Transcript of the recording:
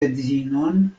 edzinon